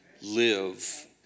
live